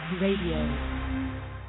Radio